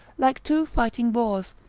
like two fighting boors,